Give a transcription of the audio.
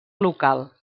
local